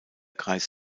kreis